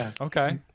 Okay